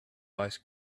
ice